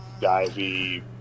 divey